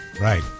Right